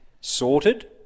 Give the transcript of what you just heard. sorted